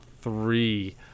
three